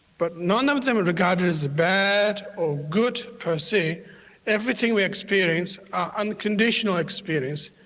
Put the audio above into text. but none of them are regarded as bad or good per se everything we experience are unconditional experiences.